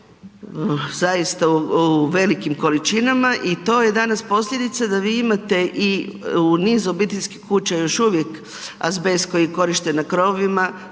u velikim količinama i to je danas posljedica da vi imate u niz obiteljskih kuća još uvijek azbest koji je korišten na krovovima,